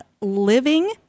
living